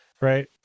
right